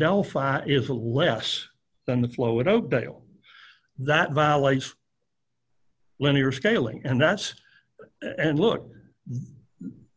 delphi is a lot less than the flow at oakdale that violates linear scaling and that's and look